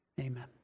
Amen